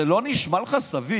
זה לא נשמע לך סביר